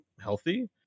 healthy